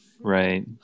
Right